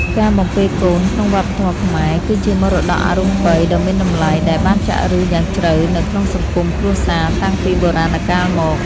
ការបំពេកូនក្នុងវប្បធម៌ខ្មែរ គឺជាមរតកអរូបីដ៏មានតម្លៃដែលបានចាក់ឫសយ៉ាងជ្រៅនៅក្នុងសង្គមគ្រួសារតាំងពីបុរាណកាលមក។